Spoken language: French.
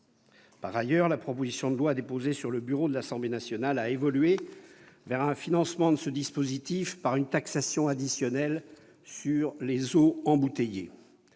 Par ailleurs, la proposition de loi déposée sur le bureau de l'Assemblée nationale a évolué vers un financement de ce dispositif par une taxation additionnelle sur les eaux embouteillées.